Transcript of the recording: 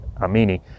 Amini